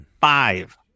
Five